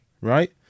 right